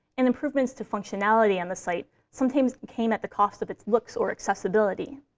and improvements to functionality on the site sometimes came at the cost of its looks or accessibility.